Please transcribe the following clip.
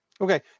Okay